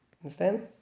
Understand